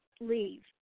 leave